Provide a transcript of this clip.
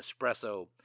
espresso